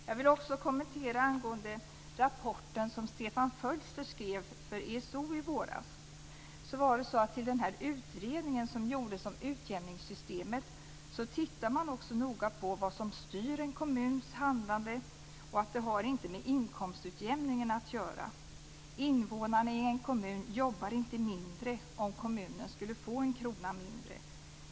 Jag vill också kommentera den rapport som Stefan Fölster skrev för ESO i våras. I den utredning som gjordes om utjämningssystemet tittade man också noga på vad som styr en kommuns handlande. Det har inte med inkomstutjämningen att göra. Invånarna i en kommun jobbar inte mindre om kommunen skulle få en krona mindre.